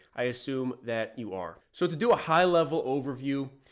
i assume that you are so to do a high level overview.